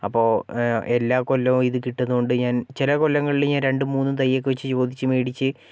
അപ്പോൾ എല്ലാ കൊല്ലവും ഇത് കിട്ടുന്നത് കൊണ്ട് ഞാൻ ചില കൊല്ലങ്ങളിൽ ഞാൻ രണ്ടും മൂന്നും തൈയൊക്കെ ചോദിച്ച് മേടിച്ച്